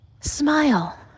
smile